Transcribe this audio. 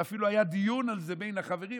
ואפילו היה דיון על זה בין החברים,